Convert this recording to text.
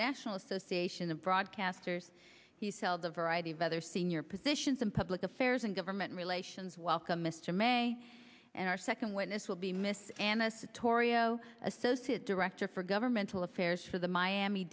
national association of broadcasters he sailed a variety of other senior positions in public affairs and government relations welcome mr may and our second witness will be mrs amasa toria associate director for governmental affairs for the miami